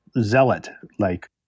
zealot-like